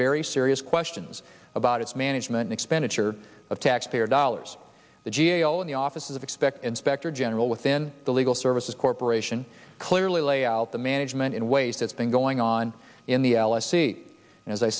very serious questions about its management expenditure of taxpayer dollars the g a o and the office of expect inspector general within the legal services corporation clearly lay out the management in ways that's been going on in the l s e as i